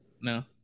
no